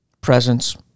Presence